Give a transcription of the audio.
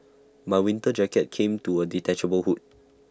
my winter jacket came to A detachable hood